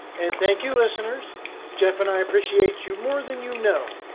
and thank you listeners jeff and i appreciate you more than you know.